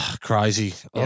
crazy